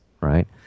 right